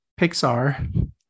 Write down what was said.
Pixar